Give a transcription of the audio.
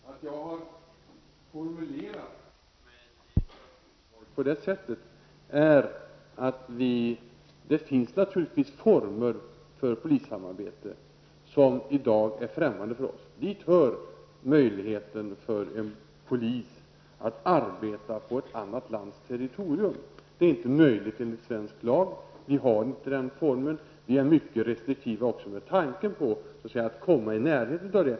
Herr talman! Orsaken till min formulering i svaret är att det naturligtvis finns former för polissamarbete som i dag är främmande för oss. Dit hör möjligheten för polisen att arbeta på ett annat lands territorium. Det är inte möjligt enligt svensk lag. Vi har inte den samarbetsformen. Vi är mycket restriktiva också med tanke på att komma i närheten av ett sådant samarbete.